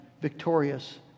victorious